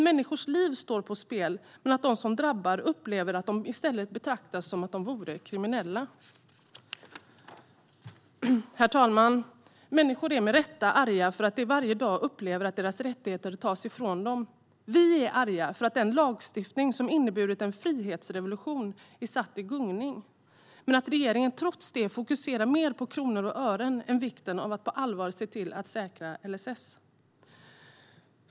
Människors liv står på spel, men de som är drabbade upplever att de betraktas som kriminella. Herr talman! Människor är med rätta arga för att de varje dag upplever att deras rättigheter tas ifrån dem. Vi är arga för att den lagstiftning som inneburit en frihetsrevolution är satt i gungning, men regeringen fokuserar trots det mer på kronor och ören än vikten av att på allvar säkra LSS.